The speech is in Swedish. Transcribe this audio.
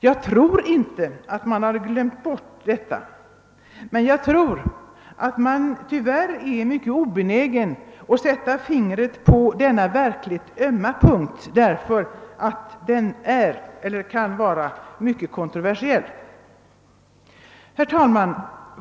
Jag tror inte att man har »glömt bort« detta, men jag tror att man tyvärr är mycket obenägen att sätta fingret på denna verkligt ömma punkt därför att den är eller kan vara mycket kontroversiell. Herr talman!